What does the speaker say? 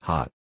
Hot